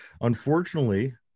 unfortunately